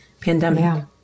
pandemic